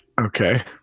Okay